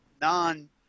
non